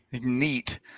Neat